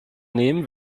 nehmen